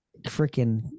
freaking